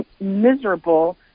miserable